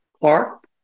Clark